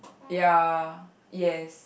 ya yes